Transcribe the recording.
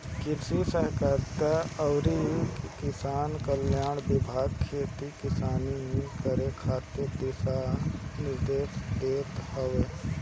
कृषि सहकारिता अउरी किसान कल्याण विभाग खेती किसानी करे खातिर दिशा निर्देश देत हवे